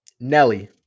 Nelly